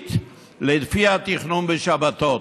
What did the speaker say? יהודית לפי התכנון בשבתות.